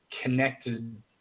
connected